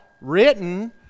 written